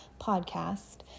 podcast